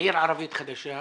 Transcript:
עיר ערבית חדשה,